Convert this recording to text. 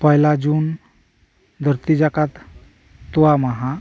ᱯᱚᱭᱞᱟ ᱡᱩᱱ ᱫᱷᱟ ᱨᱛᱤ ᱡᱟᱠᱟᱛ ᱛᱚᱣᱟ ᱢᱟᱦᱟ